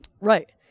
Right